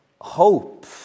hope